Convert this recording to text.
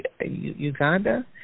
Uganda